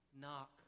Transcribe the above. Knock